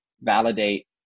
validate